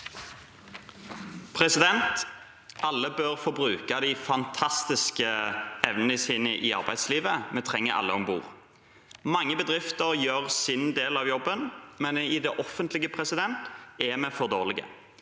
Alle bør få bruke de fantastiske evnene sine i arbeidslivet. Vi trenger alle om bord. Mange bedrifter gjør sin del av jobben, men i det offentlige er vi for dårlige.